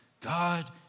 God